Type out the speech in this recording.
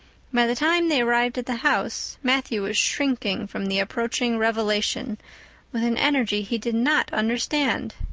by the time they arrived at the house matthew was shrinking from the approaching revelation with an energy he did not understand.